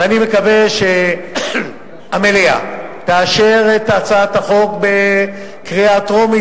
ואני מקווה שהמליאה תאשר את הצעת החוק בקריאה טרומית,